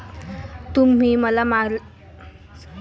तुम्ही मला माझ्या मागच्या महिन्यातील एकूण रक्कम सांगू शकाल का?